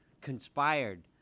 conspired